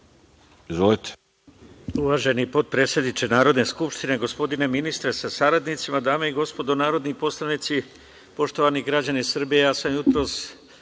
Izvolite.